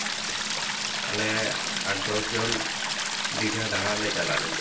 ᱟᱞᱮ ᱟᱴ ᱫᱚᱥ ᱡᱚᱱ ᱫᱤᱜᱷᱟ ᱫᱟᱬᱟᱱᱞᱮ ᱪᱟᱞᱟᱜ ᱞᱟᱹᱜᱤᱫ